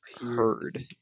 heard